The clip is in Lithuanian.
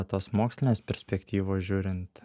tos mokslinės perspektyvos žiūrint